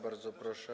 Bardzo proszę.